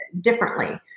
differently